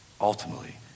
Ultimately